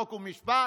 חוק ומשפט?